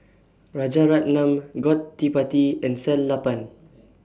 Rajaratnam Gottipati and Sellapan